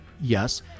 Yes